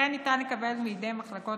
וכן ניתן לקבל מידי מחלקות